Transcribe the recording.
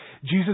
Jesus